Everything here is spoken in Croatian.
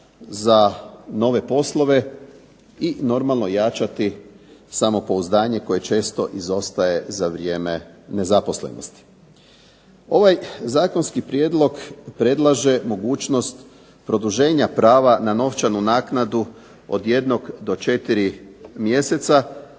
za nove poslove i normalno jačati samopouzdanje koje često izostaje za vrijeme nezaposlenosti. Ovaj zakonski prijedlog predlaže mogućnost produženja prava na novčanu naknadu od jednog